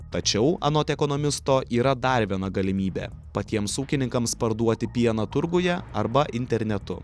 tačiau anot ekonomisto yra dar viena galimybė patiems ūkininkams parduoti pieną turguje arba internetu